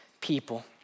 people